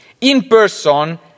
in-person